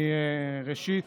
ראשית,